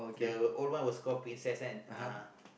the old one was called princess one ah